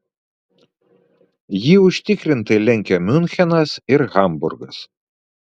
jį užtikrintai lenkia miunchenas ir hamburgas